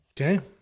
Okay